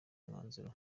mwanzuro